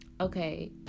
okay